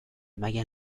مگه